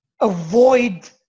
avoid